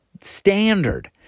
standard